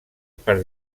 per